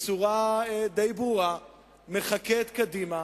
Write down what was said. בצורה די ברורה מחקה את קדימה,